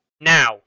Now